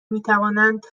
میتوانند